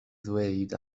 ddweud